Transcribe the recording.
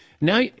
Now